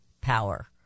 power